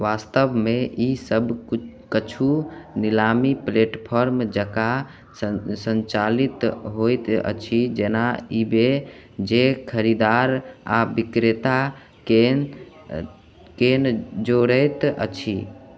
वास्तवमे ई सब किछु नीलामी प्लेटफॉर्म जकाँ सं सञ्चालित होइत अछि जेना ईबे जे खरीदार आ विक्रेताकेंँ केंँ जोड़ैत अछि